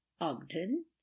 Ogden